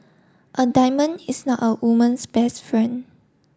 a diamond is not a woman's best friend